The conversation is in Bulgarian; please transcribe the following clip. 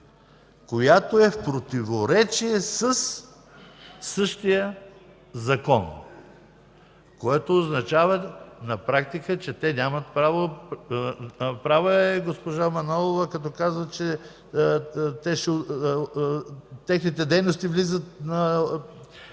която е в противоречие със същия закон”. Което означава на практика, че те нямат право – права е госпожа Манолова като казва, че техните дейности в Института